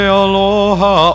aloha